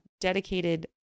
dedicated